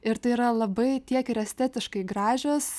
ir tai yra labai tiek ir estetiškai gražios